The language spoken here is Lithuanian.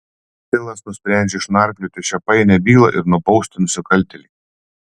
filas nusprendžia išnarplioti šią painią bylą ir nubausti nusikaltėlį